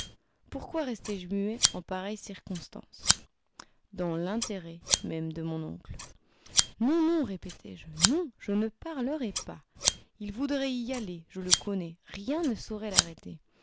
pourquoi restai je muet en pareille circonstance dans l'intérêt même de mon oncle non non répétai-je non je ne parlerai pas il voudrait y aller je le connais rien ne saurait l'arrêter